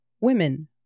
women